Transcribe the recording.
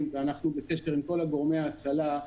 ואנחנו בקשר עם כל גורמי ההצלה.